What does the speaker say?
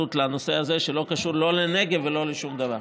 להתייחסות לנושא הזה, שלא קשור לנגב ולא לשום דבר.